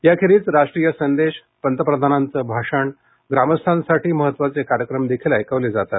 याखेरीज राष्ट्रीय संदेश पंतप्रधानांचं भाषण ग्रामस्थांसाठी महत्वाचे कार्यक्रम देखील ऐकवले जातात